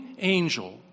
angel